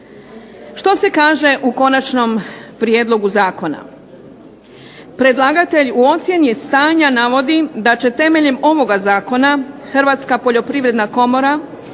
Što se kaže u konačnom prijedlogu zakona? Predlagatelj u ocjeni stanja navodi da će temeljem ovoga zakona Hrvatska poljoprivredna komora